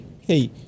hey